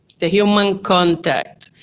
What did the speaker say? the human contact.